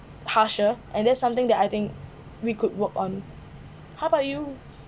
harsher and that is something that I think we could work on how about you